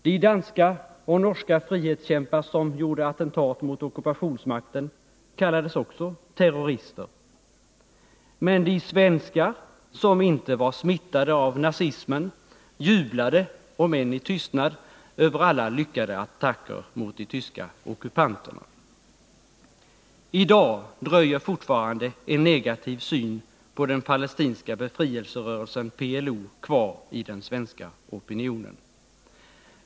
De danska och norska frihetskämpar som gjorde attentat mot ockupationsmakten kallades också terrorister. Men de svenskar som inte var smittade av nazismen jublade, om än i tysthet, över alla lyckade attacker mot de tyska ockupanterna. I dag dröjer fortfarande en negativ syn på den palestinska befrielserörelsen PLO kvar i den svenska opinionen.